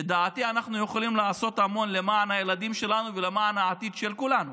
לדעתי אנחנו יכולים לעשות המון למען הילדים שלנו ולמען העתיד של כולנו